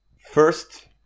First